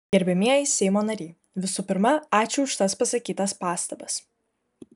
gerbiamieji seimo nariai visų pirma ačiū už tas pasakytas pastabas